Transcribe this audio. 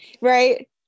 Right